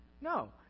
No